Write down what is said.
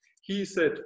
He-said